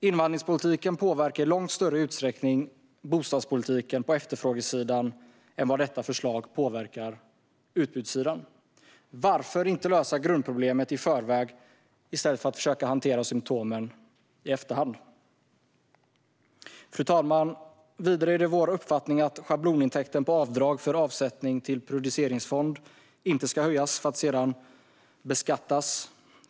Invandringspolitiken påverkar i långt större utsträckning bostadspolitiken på efterfrågesidan än vad detta förslag påverkar utbudssidan. Varför inte lösa grundproblemet i förväg i stället för att försöka hantera symtomen i efterhand? Fru talman! Vidare är vår uppfattning att schablonintäkten på avdrag för avsättning till periodiseringsfond inte ska höjas för att sedan beskattas.